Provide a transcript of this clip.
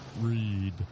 read